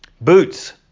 Boots